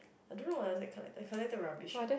I don't know lah I collected rubbish lah